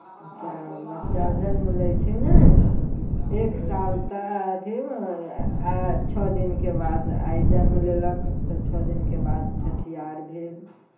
बच्चा बच्चा जन्म लै छै ने एक साल तक अथी छओ दिनके बाद आइ जन्म लेलक तऽ छओ दिनके बाद छठियार भेल